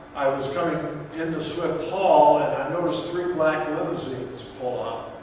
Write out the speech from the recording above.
i was coming into swift hall, and i noticed three black limousines pull up.